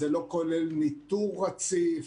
זה לא כולל ניתור רציף.